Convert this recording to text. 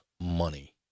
money